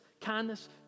kindness